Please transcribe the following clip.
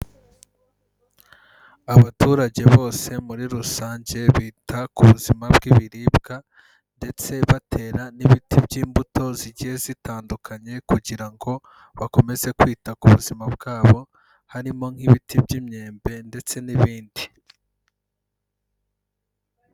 Abaturage bose muri rusange bita ku buzima bw'ibiribwa ndetse batera n'ibiti by'imbuto zigiye zitandukanye kugira ngo bakomeze kwita ku buzima bwabo harimo nk'ibiti by'imyembe ndetse n'ibindi.